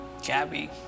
Gabby